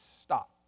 stop